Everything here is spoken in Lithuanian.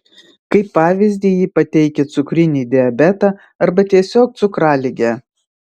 kaip pavyzdį ji pateikia cukrinį diabetą arba tiesiog cukraligę